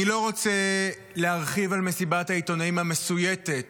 אני לא רוצה להרחיב על מסיבת העיתונאים המסויטת